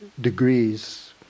degrees